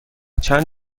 چند